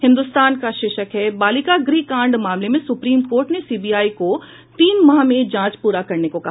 हिन्दुस्तान का शीर्षक है बालिका गृह कांड मामले में सुप्रीम कोर्ट ने सीबीआई को तीन माह में जांच पूरा करने को कहा